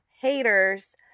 haters